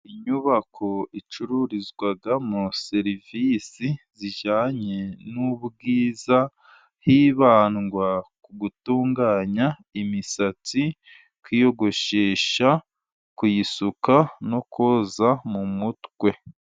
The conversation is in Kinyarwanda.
Inyubako icururizwamo serivisi zijyanye n'ubwiza, hibandwa ku gutunganya imisatsi, kwiyogoshesha, kuyisuka no koza mu mutwe.